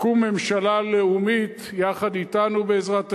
תקום ממשלה לאומית, יחד אתנו, בעזרת השם,